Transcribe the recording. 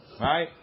Right